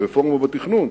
הרי הרפורמה בתכנון,